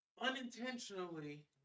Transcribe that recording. unintentionally